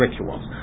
rituals